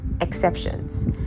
exceptions